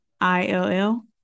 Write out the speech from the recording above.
I-L-L